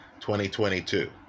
2022